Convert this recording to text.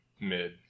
mid